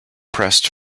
pressed